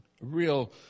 real